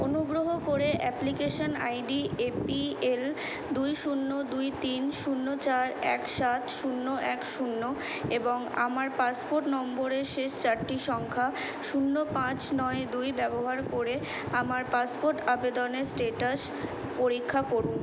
অনুগ্রহ করে application ID APL দুই শূন্য দুই তিন শূন্য চার এক সাত শূন্য এক শূন্য এবং আমার পাসপোর্ট নম্বরের শেষ চারটি সংখ্যা শূন্য পাঁচ নয় দুই ব্যবহার করে আমার পাসপোর্ট আবেদনের স্টেটাস পরীক্ষা করুন